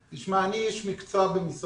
תשמע, אני איש מקצוע במשרד החינוך.